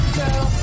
girl